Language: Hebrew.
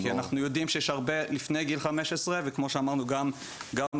כי אנחנו יודעים שיש הרבה לפני גיל 15 וכמו שאמרנו גם מבוגרות,